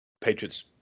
Patriots